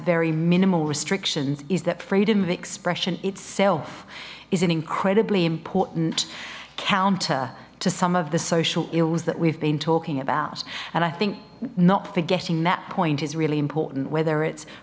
very minimal restrictions is that freedom of expression itself is an incredibly important counter to some of the social ills that we've been talking about and i think not forgetting that point is really important whether it's